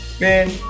Man